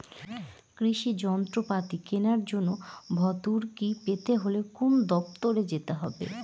কৃষি যন্ত্রপাতি কেনার জন্য ভর্তুকি পেতে হলে কোন দপ্তরে যেতে হবে?